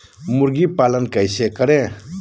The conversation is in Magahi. मुर्गी पालन कैसे करें?